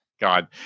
God